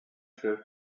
chef